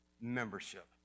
membership